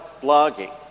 blogging